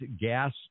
gas